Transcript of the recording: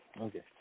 okay